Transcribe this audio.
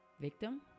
victim